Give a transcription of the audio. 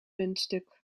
muntstuk